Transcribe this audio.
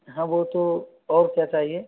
हाँ वो तो और क्या चाहिए